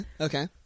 okay